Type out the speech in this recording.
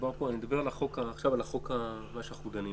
אני מדבר על החוק שאנו דנים